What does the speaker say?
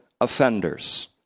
offenders